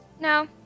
No